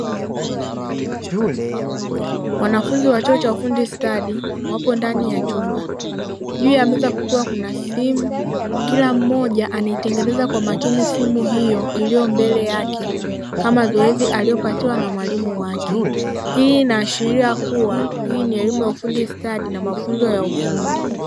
Wanafunzi wa chuo cha ufundi stadi wapo ndani ya chumba. Juu ya meza kukiwa kuna simu. Kila mmoja anayetengeneza kwa makini simu hiyo iliyo mbele yake kama zoezi alilopatiwa na mwalimu wake. Hii inaashiria kuwa hii ni elimu ya ufundi stadi na mafunzo ya ufundi.